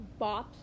Bops